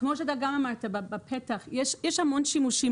כמו שגם אתה אמרת בפתח: יש המון שימושים